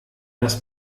das